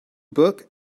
book